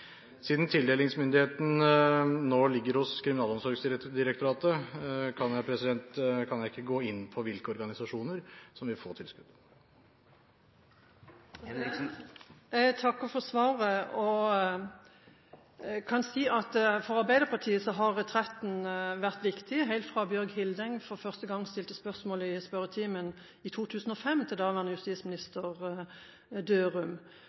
Siden tildelingsmyndigheten nå ligger hos Kriminalomsorgsdirektoratet, kan jeg ikke gå inn på hvilke organisasjoner som vil få tilskudd. Jeg takker for svaret og kan si at for Arbeiderpartiet har Retretten vært viktig helt fra Britt Hildeng for første gang stilte spørsmålet i spørretimen i 2005 til daværende justisminister Dørum.